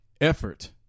effort